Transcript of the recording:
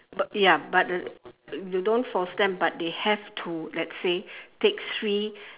but ya but they they don't force them but they have to let's say take three